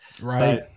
Right